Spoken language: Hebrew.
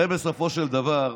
הרי בסופו של דבר,